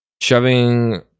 shoving